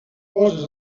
poses